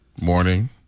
morning